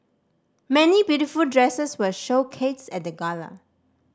many beautiful dresses were showcased at the gala